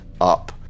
up